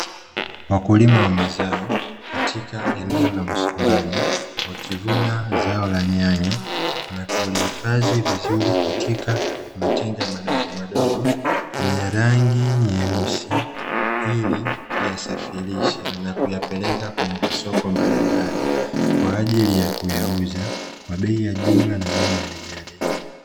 Wakulima wa mazao katika eneo la mashambani, wakivuna zao la nyanya, na kulihifadhi vizurikatika matenga madogomadogo yenye rangi nyeusi, ili kuyasafirisha na kuyapeleka kwenye masoko mbalimbali, kwa ajili ya kuuza kwa bei ya jumla na bei ya rejareja.